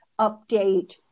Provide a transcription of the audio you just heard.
update